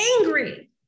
angry